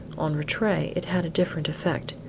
on rattray it had a different effect.